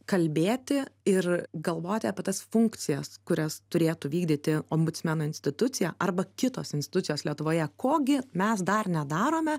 kalbėti ir galvoti apie tas funkcijas kurias turėtų vykdyti ombudsmeno institucija arba kitos institucijos lietuvoje ko gi mes dar nedarome